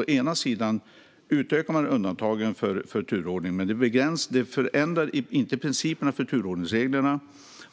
Å ena sidan utökar man undantagen från turordningen, men det förändrar inte principerna för turordningsreglerna.